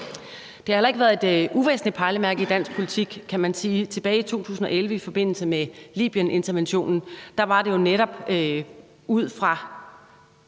Det har heller ikke været et uvæsentligt pejlemærke i dansk politik, kan man sige. Tilbage i 2011 i forbindelse med Libyeninterventionen var det jo netop ud fra